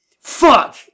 Fuck